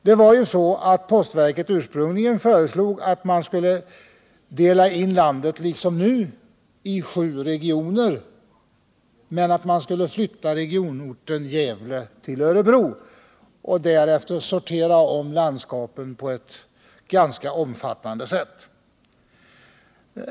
Det var ju så att postverket ursprungligen föreslog att man skulle dela in landet liksom nu i sju regioner men att man skulle flytta regionorten Gävle till Örebro och därefter sortera om landskapen på ett ganska ingripande sätt.